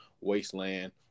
wasteland